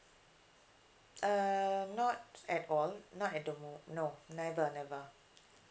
um not at all not at the mo~ no never never